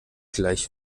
gleich